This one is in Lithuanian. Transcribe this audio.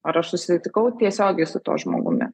ar aš susitikau tiesiogiai su tuo žmogumi